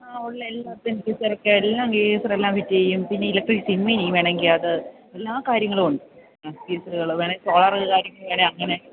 ആ ഉള്ള എല്ലാം എല്ലാം ഫിറ്റ് ചെയ്യും പിന്നെ ഇലക്ട്രിക് ചിമ്മിനി വേണമെങ്കിൽ അത് എല്ലാ കാര്യങ്ങളും ഉണ്ട് ആ വേണമെങ്കിൽ സോളാറ് കാര്യങ്ങൾ വേണമെങ്കിൽ അങ്ങനെ